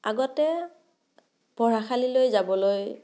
আ গতে পঢ়াশালীলৈ যাবলৈ